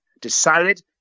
decided